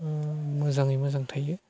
ओ मोजाङै मोजां थायो